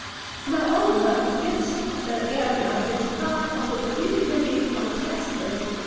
moreover, this ah area is part of a politically contested